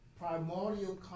primordial